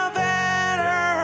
better